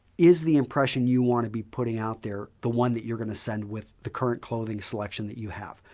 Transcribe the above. is the impression you want to be putting out there the one that you're going to send with the current clothing selection that you have?